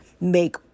make